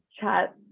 chat